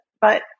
but-